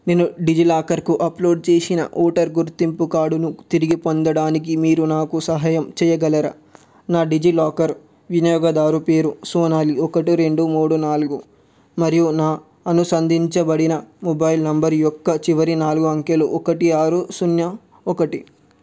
నేను డిజిలాకర్కు అప్లోడ్ చేసిన ఓటరు గుర్తింపు కార్డును తిరిగి పొందడానికి మీరు నాకు సహాయం చేయగలరా నా డిజిలాకర్ వినియోగదారు పేరు సోనాలి ఒకటి రెండు మూడు నాలుగు మరియు నా అనుసంధానించబడిన మొబైల్ నంబర్ యొక్క చివరి నాలుగు అంకెలు ఒకటి ఆరు సున్నా ఒకటి